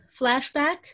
flashback